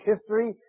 history